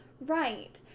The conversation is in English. right